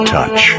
Touch